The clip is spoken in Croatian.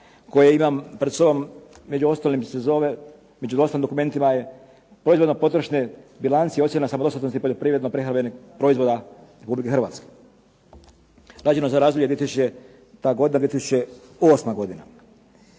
koje imam pred sobom među ostalim se zove, među ostalim dokumentima je proizvodno potrošne bilanci, ocjena samodostatnosti poljoprivredno prehrambenih proizvoda Republike Hrvatske, rađeno za razdoblje 2000. godina